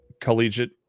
collegiate